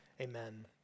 Amen